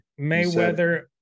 Mayweather